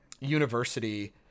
university